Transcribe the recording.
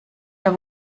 der